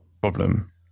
problem